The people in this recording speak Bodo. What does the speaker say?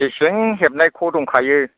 गेसें हेबनाय ख' दंखायो